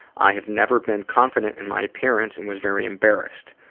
i have never been confident in my appearance and was very embarrassed.